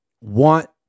want